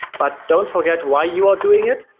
but don't forget why you are doing it.